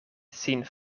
sin